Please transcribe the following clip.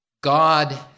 God